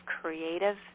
creative